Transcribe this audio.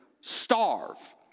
starve